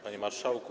Panie Marszałku!